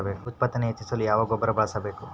ಉತ್ಪಾದನೆ ಹೆಚ್ಚಿಸಲು ಯಾವ ಗೊಬ್ಬರ ಬಳಸಬೇಕು?